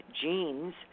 genes